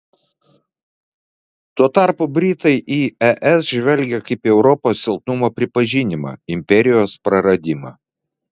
tuo tarpu britai į es žvelgia kaip į europos silpnumo pripažinimą imperijos praradimą